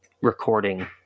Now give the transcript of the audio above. recording